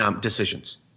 decisions